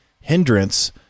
hindrance